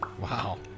wow